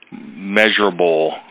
measurable